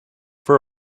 for